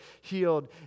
healed